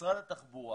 משרד התחבורה